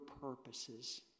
purposes